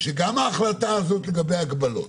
שגם ההחלטה הזאת לגבי ההגבלות